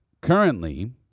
Currently